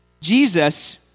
Jesus